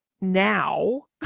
Now